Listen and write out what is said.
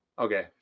Okay